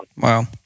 Wow